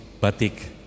batik